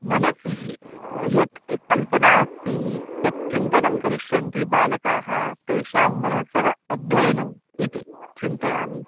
मनसि या कल्पना अस्ति यत् चिन्तनं करिष्यन्ति बालकाः तेषां मनसः अध्ययनम् इति चिन्तयामि